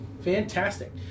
Fantastic